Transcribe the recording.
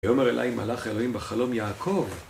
יאמר אלי מלאך אלוהים בחלום יעקב